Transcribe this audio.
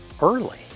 early